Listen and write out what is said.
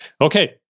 Okay